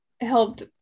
helped